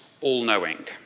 all-knowing